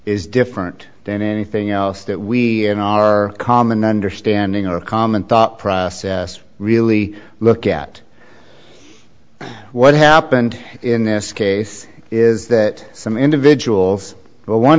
is different than anything else that we in our common understanding or common thought process really look at what happened in this case is that some individuals but one